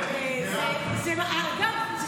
ראוי לציון, אגב.